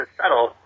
settle